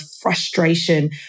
frustration